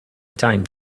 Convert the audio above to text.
time